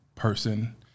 person